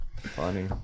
funny